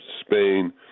Spain